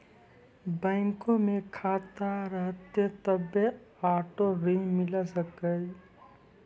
बैंको मे खाता रहतै तभ्भे आटो ऋण मिले सकै